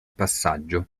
passaggio